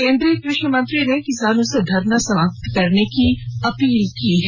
केंद्रीय कृषि मंत्री ने किसानों से धरना समाप्त करने की अपील की है